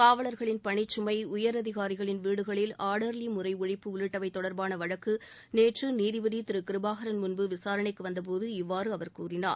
காவலர்களின் பணிச்சுமை உயரதிகாரிகளின் வீடுகளில் ஆடர்லி முறை ஒழிப்பு உள்ளிட்டவை தொடர்பான வழக்கு நேற்று நீதிபதி திரு கிருபாகரன் முன்பு விசாரணைக்கு வந்தபோது இவ்வாறு அவர் கூறினார்